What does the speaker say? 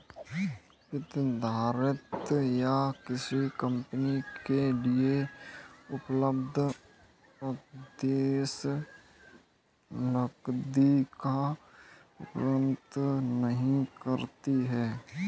प्रतिधारित आय किसी कंपनी के लिए उपलब्ध अधिशेष नकदी का प्रतिनिधित्व नहीं करती है